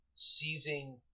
Seizing